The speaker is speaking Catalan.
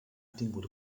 tingut